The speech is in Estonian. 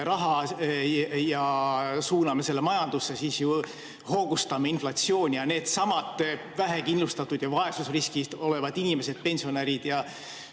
raha ja suuname selle majandusse, siis ju hoogustame inflatsiooni ja needsamad vähekindlustatud ja vaesusriskis olevad inimesed, pensionärid ja